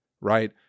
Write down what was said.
right